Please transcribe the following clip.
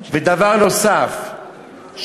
דבר נוסף,